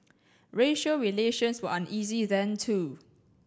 racial relations were uneasy then too